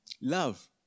love